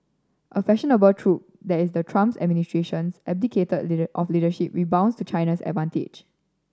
a fashionable trope that is the Trump's administration's abdicate of leadership rebounds to China's advantage